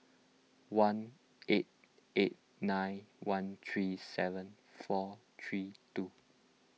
one eight eight nine one three seven four three two